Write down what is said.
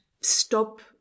stop